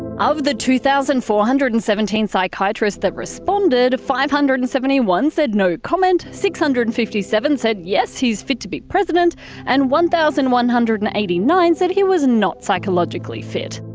of the two thousand four hundred and seventeen psychiatrists that responded, five hundred and seventy one said no-comment, six hundred and fifty seven said yes, he's fit to be president and, one thousand one hundred and eighty nine said he was not psychologically fit.